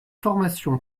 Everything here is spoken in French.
formation